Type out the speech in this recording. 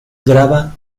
grava